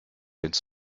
ins